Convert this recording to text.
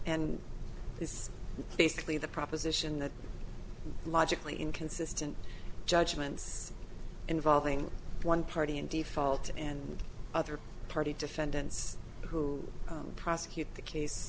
is basically the proposition that logically inconsistent judgments involving one party in default and other party defendants who prosecute the case